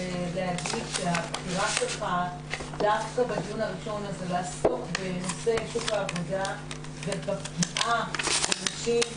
הבחירה שלך דווקא בדיון הראשון לעסוק בנושא שוק העבודה ובפגיעה בנשים,